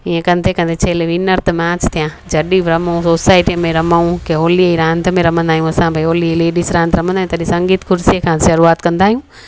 हीअं कंदे कंदे छल विनर त मां थी थियां जॾहिं बि रमऊं सोसायटी में रमऊं कि होलीअ जी रांदि में रमंदा आहियूं असां भई होलीअ जी लेडीज़ रांदि रमंदा आहियूं तॾहिं संगीत कुर्सी खां शुरूआति कंदा आहियूं